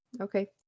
okay